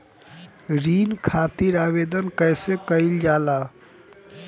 ऋण खातिर आवेदन कैसे कयील जाला?